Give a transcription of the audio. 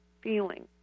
feeling